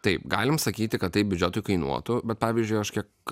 taip galim sakyti kad tai biudžetui kainuotų bet pavyzdžiui aš kiek